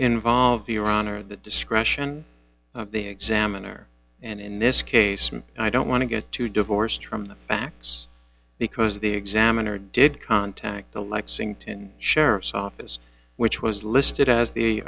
involve your honor the discretion of the examiner and in this case and i don't want to get too divorced from the facts because the examiner did contact the lexington sheriff's office which was listed as the